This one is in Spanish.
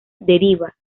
deriva